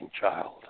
child